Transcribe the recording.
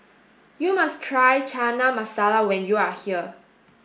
you must try Chana Masala when you are here